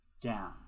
Down